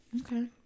Okay